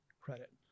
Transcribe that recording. credit